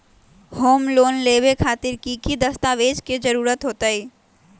Home loan लेबे खातिर की की दस्तावेज के जरूरत होतई?